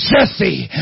Jesse